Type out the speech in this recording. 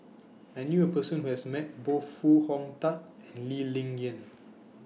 I knew A Person Who has Met Both Foo Hong Tatt and Lee Ling Yen